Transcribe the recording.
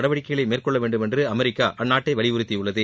நடவடிக்கைகளை மேற்கொள்ளவேண்டும் என்று அமெரிக்கா அந்நாட்டை வலியுறுத்தியுள்ளது